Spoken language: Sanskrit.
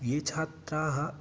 ये छात्राः